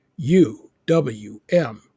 uwm